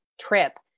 trip